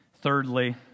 thirdly